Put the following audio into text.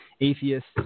atheists